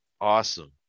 awesome